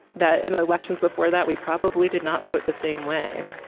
that in elections before that, we probably did not vote the same way.